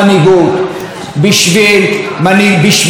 בשביל לשנות את המציאות,